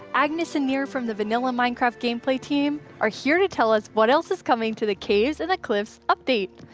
agnes and nir from the vanilla minecraft gameplay team are here to tell us what else is coming to the caves and the cliffs update.